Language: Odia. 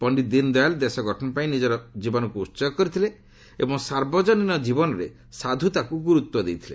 ପଣ୍ଡିତ ଦୀନ ଦୟାଲ୍ ଦେଶ ଗଠନପାଇଁ ନିଜର ଜୀବନକୁ ଉତ୍ସର୍ଗ କରିଥିଲେ ଏବଂ ସାର୍ବଜନୀନ ଜୀବନରେ ସାଧୁତାକୁ ଗୁରୁତ୍ୱ ଦେଇଥିଲେ